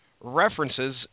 references